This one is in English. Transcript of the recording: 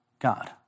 God